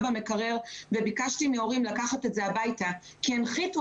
במקרר וביקשתי מן ההורים לקחת את זה הביתה כי הנחיתו